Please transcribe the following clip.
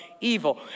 evil